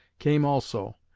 came also.